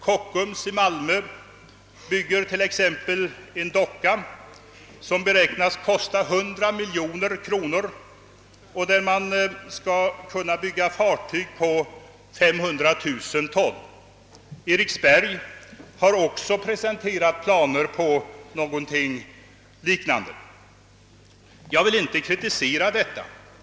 Kockums i Malmö bygger t.ex. en docka som beräknas kosta ett hundra miljoner kronor och där man skall kunna bygga fartyg på 500000 ton. Eriksberg har också presenterat planer på något liknande. Jag vill inte kritisera detta.